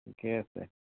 ঠিকে আছে